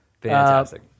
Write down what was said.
Fantastic